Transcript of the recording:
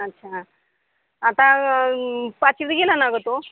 अच्छा आता पाचवी गेला ना गं तो